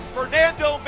Fernando